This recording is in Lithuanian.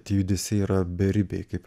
tie judesiai yra beribiai kaip